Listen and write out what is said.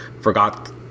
forgot